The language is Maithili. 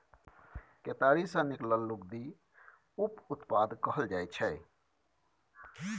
केतारी सँ निकलल लुगदी उप उत्पाद कहल जाइ छै